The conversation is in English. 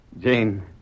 Jane